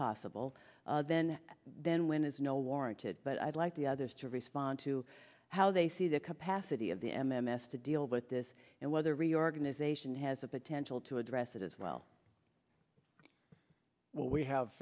possible then then when is no warranted but i'd like the others to respond to how they see the capacity of the m m s to deal with this and whether reorganization has the potential to address it as well what we have